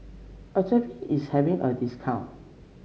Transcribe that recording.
is having a discount